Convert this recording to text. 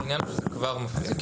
העניין הוא שזה כבר מופיע.